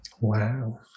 Wow